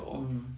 um